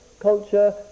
culture